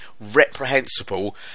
reprehensible